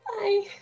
Bye